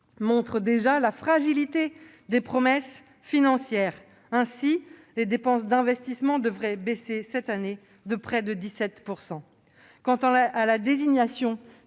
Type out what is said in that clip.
montre la fragilité des promesses financières. Ainsi, les dépenses d'investissement devraient baisser cette année de près de 17 %. Quant à la désignation